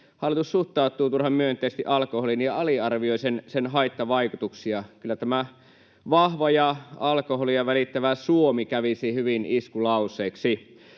hallitus suhtautuu turhan myönteisesti alkoholiin ja aliarvioi sen haittavaikutuksia. Kyllä tämä ”Vahva ja alkoholia välittävä Suomi” kävisi hyvin iskulauseeksi.